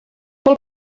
pel